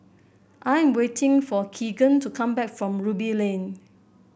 I am waiting for Keagan to come back from Ruby Lane